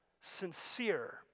sincere